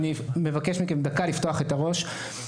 אבל אני מבקש לפתוח את הראש לדקה.